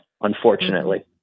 unfortunately